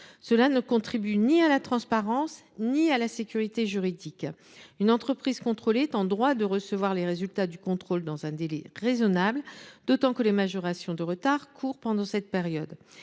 Cela ne contribue ni à la transparence ni à la sécurité juridique. Une entreprise contrôlée est en droit de recevoir les résultats du contrôle dans un délai raisonnable, d’autant que les majorations de retard courent pendant cette période.